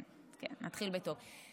כן, נתחיל בטוב.